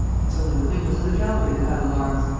it's only the windows of the gallery that have alarms.